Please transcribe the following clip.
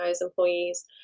employees